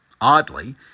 Oddly